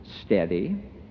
steady